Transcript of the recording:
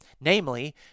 namely